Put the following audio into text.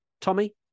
Tommy